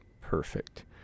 perfect